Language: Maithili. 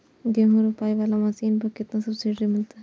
गेहूं रोपाई वाला मशीन पर केतना सब्सिडी मिलते?